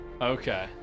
Okay